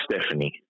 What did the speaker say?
Stephanie